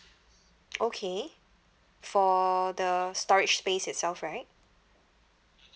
okay for the storage space itself right